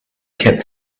kept